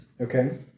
Okay